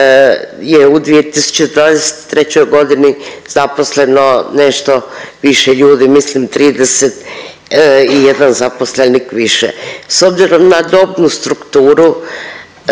je u 2023.g. zaposleno nešto više ljudi, mislim 31 zaposlenik više, s obzirom na dobnu strukturu